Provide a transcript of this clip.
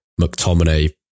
McTominay